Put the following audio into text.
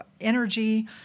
energy